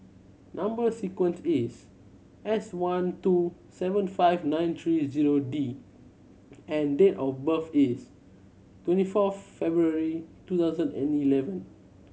number sequence is S one two seven five nine three zero D and date of birth is twenty fourth February two thousand and eleven